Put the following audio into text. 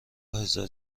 هزار